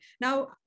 Now